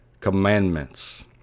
commandments